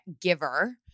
giver